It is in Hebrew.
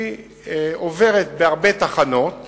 היא עוברת בהרבה תחנות